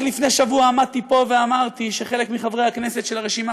רק לפני שבוע עמדתי פה ואמרתי שחלק מחברי הכנסת של הרשימה